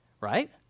right